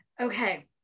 okay